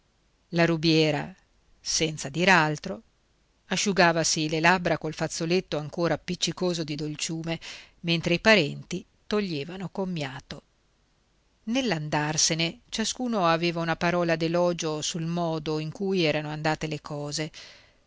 la rubiera senza dir altro asciugavasi le labbra col fazzoletto ancora appiccicoso di dolciume mentre i parenti toglievano commiato nell'andarsene ciascuno aveva una parola d'elogio sul modo in cui erano andate le cose